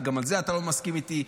גם על זה אתה לא מסכים איתי.